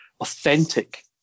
authentic